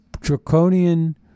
draconian